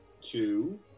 two